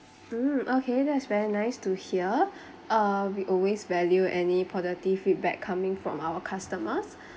mm okay that's very nice to hear uh we always value any positive feedback coming from our customers